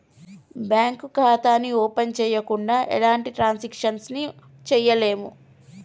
bank ఖాతాని open చెయ్యకుండా ఎలాంటి ట్రాన్సాక్షన్స్ ని చెయ్యలేము